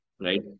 right